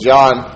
John